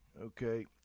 okay